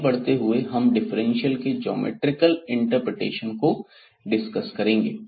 आगे बढ़ते हुए हम डिफरेंशियल के ज्योमैट्रिकल इंटरप्रिटेशन को डिस्कस करेंगे